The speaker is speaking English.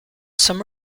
some